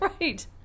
Right